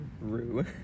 Rue